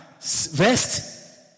vest